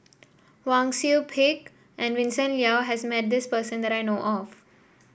Wang Sui Pick and Vincent Leow has met this person that I know of